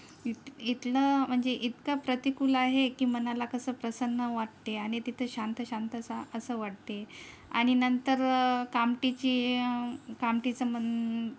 इत इथलं म्हणजे इतकं प्रतिकूल आहे की मनाला कसं प्रसन्न वाटते आणि तिथं शांतशांत सा असं वाटते आणि नंतर कामटीची कामटीचं मन